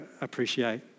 appreciate